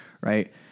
right